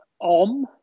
OM